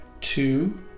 Two